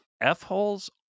f-holes